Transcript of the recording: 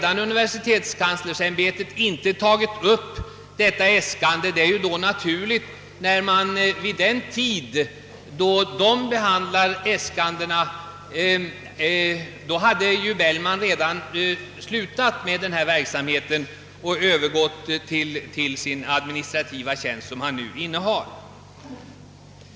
Att universitetskanslersämbetet inte tagit upp denna fråga i sina äskanden är naturligt, eftersom docent Bellman vid den tidpunkten då äskandena behandlades redan hade slutat med sin forskning och övergått till den administrativa tjänst han nu innehar.